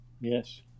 Yes